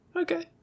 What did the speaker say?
okay